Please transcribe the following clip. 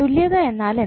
തുല്യത എന്നാൽ എന്ത്